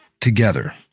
together